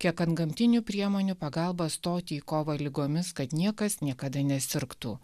kiek antgamtinių priemonių pagalba stoti į kovą ligomis kad niekas niekada nesirgtų